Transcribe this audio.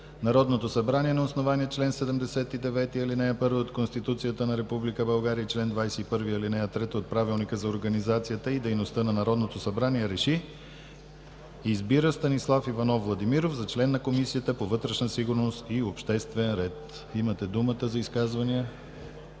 Народното събрание на основание чл. 79, ал. 1 от Конституцията на Република България и чл. 21, ал. 3 от Правилника за организацията и дейността на Народното събрание РЕШИ: Избира Станислав Иванов Владимиров за член на Комисията по вътрешна сигурност и обществен ред.“ Имате думата за изказвания.